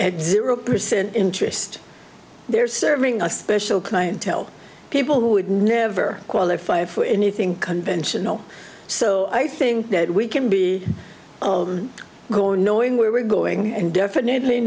exit row percent interest they're serving a special clientele people who would never qualify for anything conventional so i think that we can be born knowing where we're going and definitely